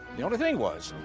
the only thing was,